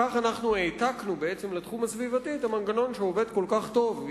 כך בעצם העתקנו לתחום הסביבתי את המנגנון שעובד כל כך טוב,